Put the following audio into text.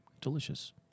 Delicious